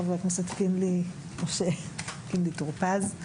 חבר הכנסת משה (קינלי) טור פז,